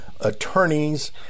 attorneys